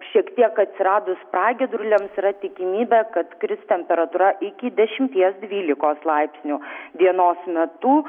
šiek tiek atsiradus pragiedruliams yra tikimybė kad kris temperatūra iki dešimties dvylikos laipsnių dienos metu